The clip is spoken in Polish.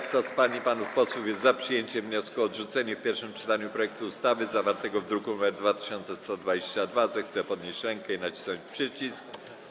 Kto z pań i panów posłów jest za przyjęciem wniosku o odrzucenie w pierwszym czytaniu projektu ustawy zawartego w druku nr 2122, zechce podnieść rękę i nacisnąć przycisk.